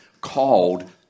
called